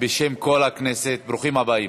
בשם כל הכנסת, ברוכים הבאים.